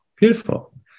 beautiful